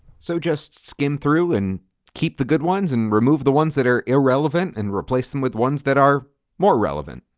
so just skim through and keep the good ones and remove the ones that are irrelevant and replace them with ones that are more relevant.